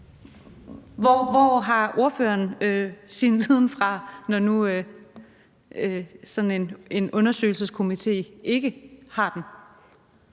Hvor har ordføreren sin viden fra, når nu sådan en undersøgelseskomité ikke har den?